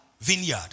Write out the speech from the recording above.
vineyard